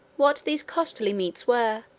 what these costly meats were,